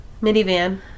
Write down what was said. Minivan